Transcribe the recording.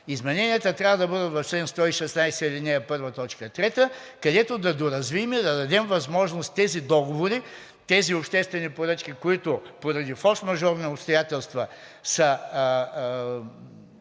Измененията трябва да бъдат в чл. 116, ал. 1, т. 3, където да доразвием и да дадем възможност тези договори, тези обществени поръчки, които поради форсмажорни обстоятелства, са